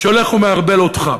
שהולך ומערבל אותך.